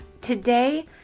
today